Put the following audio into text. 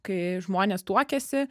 kai žmonės tuokiasi